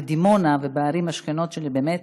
בדימונה ובערים השכנות שלי, באמת